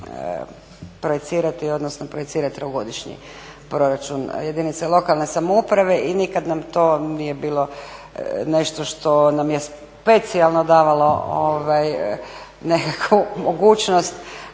projicirati odnosno projicirati trogodišnji proračun jedinica lokalne samouprave i nikada nam to nije bilo nešto što nam je specijalno davalo nekakvu mogućnost